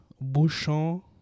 bouchon